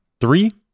Three